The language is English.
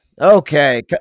okay